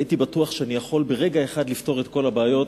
והייתי בטוח שאני יכול ברגע אחד לפתור את כל הבעיות.